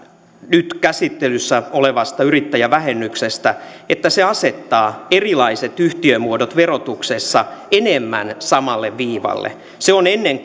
nyt käsittelyssä olevasta yrittäjävähennyksestä että se asettaa erilaiset yhtiömuodot verotuksessa enemmän samalle viivalle se on ennen